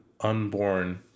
unborn